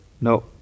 no